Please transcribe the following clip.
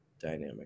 dynamic